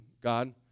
God